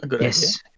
Yes